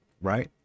right